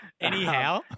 Anyhow